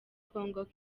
congo